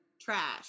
trash